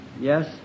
Yes